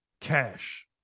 cash